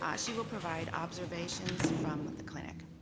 ah she will provide observations from the clinic.